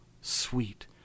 sweet